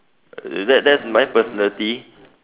that that's my personality